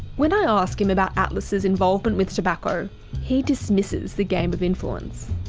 when i ask him about atlas's involvement with tobacco, he dismisses the game of influence.